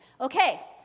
okay